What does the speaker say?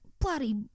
bloody